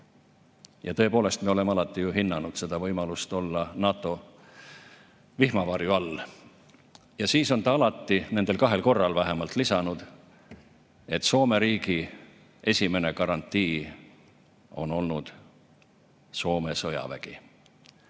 Tõepoolest, me oleme alati hinnanud seda võimalust olla NATO vihmavarju all. Ja siis on ta alati, nendel kahel korral vähemalt, lisanud, et Soome riigi esimene garantii on olnud Soome sõjavägi.